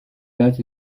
dates